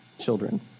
children